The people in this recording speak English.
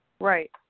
Right